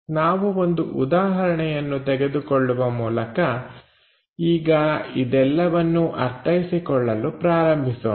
ನಾವು ಒಂದು ಉದಾಹರಣೆಯನ್ನು ತೆಗೆದುಕೊಳ್ಳುವ ಮೂಲಕ ಈಗ ಇದೆಲ್ಲವನ್ನೂ ಅರ್ಥೈಸಿಕೊಳ್ಳಲು ಪ್ರಾರಂಭಿಸೋಣ